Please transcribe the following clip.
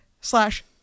slash